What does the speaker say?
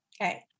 okay